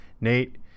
Nate